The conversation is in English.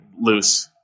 loose